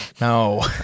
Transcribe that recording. No